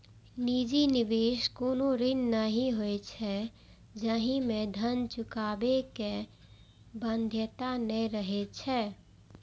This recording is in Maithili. निजी निवेश कोनो ऋण नहि होइ छै, जाहि मे धन चुकाबै के बाध्यता नै रहै छै